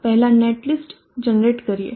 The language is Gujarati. પહેલા નેટલિસ્ટ જનરેટ કરીએ